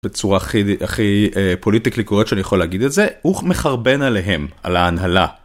בצורה הכי פוליטיקלי קורקט שאני יכול להגיד את זה, הוא מחרבן עליהם, על ההנהלה.